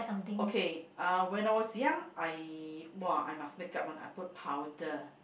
okay uh when I was young I !wah! I must make up one I put powder